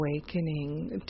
awakening